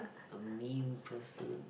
a mean person